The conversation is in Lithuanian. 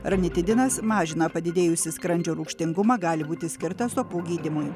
ranitidinas mažina padidėjusį skrandžio rūgštingumą gali būti skirtas opų gydymui